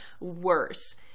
worse